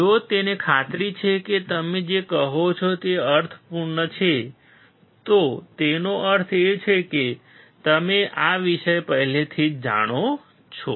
જો તેને ખાતરી છે કે તમે જે કહો છો તે અર્થપૂર્ણ છે તો તેનો અર્થ એ છે કે તમે આ વિષય પહેલાથી જ જાણો છો